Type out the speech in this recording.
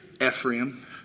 Ephraim